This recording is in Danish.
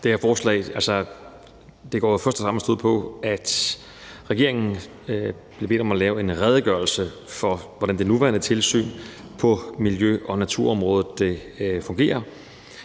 Det her forslag går jo først og fremmest ud på, at regeringen bliver bedt om at lave en redegørelse for, hvordan det nuværende tilsyn på miljø- og naturområdet fungerer,